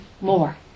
more